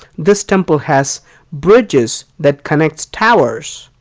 this temple has bridges that connect towers,